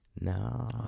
No